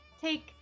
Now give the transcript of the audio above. take